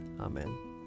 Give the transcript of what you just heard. Amen